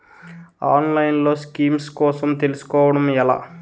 ఆన్లైన్లో స్కీమ్స్ కోసం తెలుసుకోవడం ఎలా?